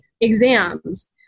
exams